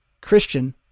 christian